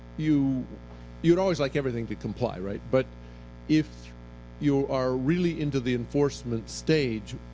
you you would always like everything to comply, right? but if you are really into the enforcement stage,